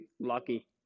Lucky